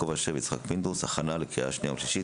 יעקב אשר ויצחק פינדרוס; הכנה לקריאה שנייה ושלישית,